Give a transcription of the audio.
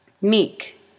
Meek